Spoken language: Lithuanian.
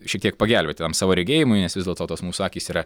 šiek tiek pagelbėtumėm savo regėjimui nes vis dėlto tos mūsų akys yra